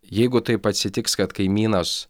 jeigu taip atsitiks kad kaimynas